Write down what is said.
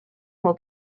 will